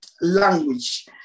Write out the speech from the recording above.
language